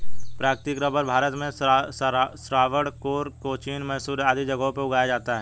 प्राकृतिक रबर भारत में त्रावणकोर, कोचीन, मैसूर आदि जगहों पर उगाया जाता है